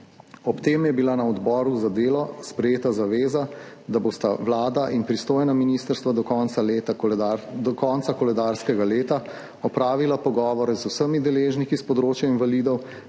Ob tem je bila na odboru za delo sprejeta zaveza, da bosta Vlada in pristojno ministrstvo do konca koledarskega leta opravila pogovore z vsemi deležniki s področja invalidov